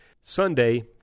Sunday